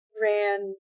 ran